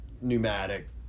pneumatic